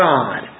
God